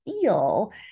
feel